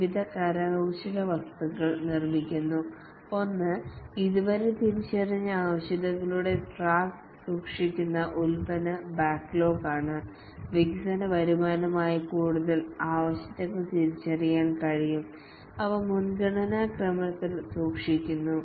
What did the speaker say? വിവിധ ആര്ടിഫാക്ടസ് നിർമ്മിക്കുന്നു ഒന്ന് ഇതുവരെ തിരിച്ചറിഞ്ഞ ആവശ്യകതകളുടെ ട്രാക്ക് സൂക്ഷിക്കുന്ന ഉൽപ്പന്ന ബക്കലോഗാണ് വികസന വരുമാനമായി കൂടുതൽ ആവശ്യകതകൾ തിരിച്ചറിയാൻ കഴിയും അവ മുൻഗണനാക്രമത്തിൽ സൂക്ഷിക്കുന്നു